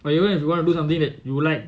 what you want is to do something that you like